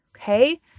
Okay